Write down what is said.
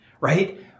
right